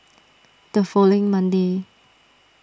the following Monday